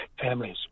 families